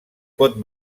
pot